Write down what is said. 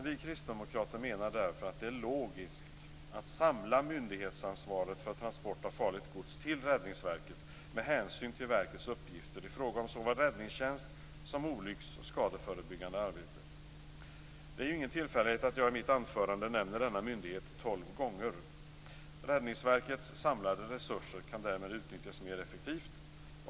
Vi kristdemokrater menar därför att det är logiskt att samla myndighetsansvaret för transport av farligt gods till Räddningsverket med hänsyn till verkets uppgifter i fråga om såväl räddningstjänst som olycks och skadeförebyggande arbete. Det är ju ingen tillfällighet att jag i mitt anförande nämner denna myndighet tolv gånger. Räddningsverkets samlade resurser kan därmed utnyttjas mer effektivt.